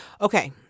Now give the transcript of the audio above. Okay